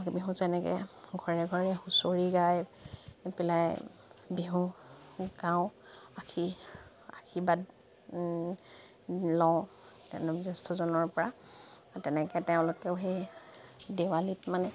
বিহুত যেনেকে ঘৰে ঘৰে হুঁচৰি গাই পেলাই বিহু গাওঁ আশী আশীৰ্বাদ লওঁ জ্যেষ্ঠজনৰ পৰা তেনেকে তেওঁলোকেও সেই দেৱালীত মানে